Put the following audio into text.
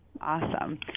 Awesome